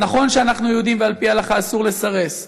אז נכון שאנחנו יהודים, ועל פי ההלכה אסור לסרס.